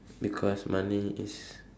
because money is